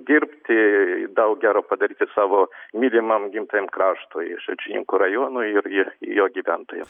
dirbti daug gero padaryti savo mylimam gimtajam kraštui ir šalčininkų rajonui ir ir jo gyventojam